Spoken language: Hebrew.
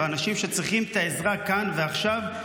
באנשים שצריכים את העזרה כאן ועכשיו,